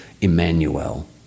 Emmanuel